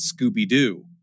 Scooby-Doo